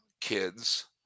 kids